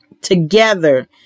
together